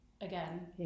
again